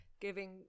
giving